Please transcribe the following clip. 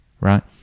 Right